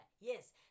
Yes